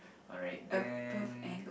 alright then